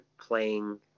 playing